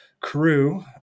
crew